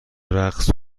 رقص